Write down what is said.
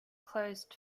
closed